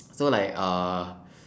so like uh